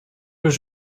was